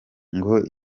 ngo